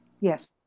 yes